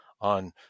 on